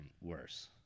worse